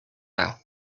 now